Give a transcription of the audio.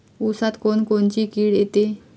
ऊसात कोनकोनची किड येते?